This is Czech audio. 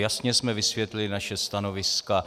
Jasně jsme vysvětlili naše stanoviska.